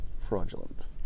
fraudulent